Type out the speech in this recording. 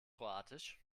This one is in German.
kroatisch